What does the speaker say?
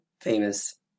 famous